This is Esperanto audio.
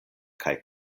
kaj